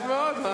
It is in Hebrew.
טוב מאוד.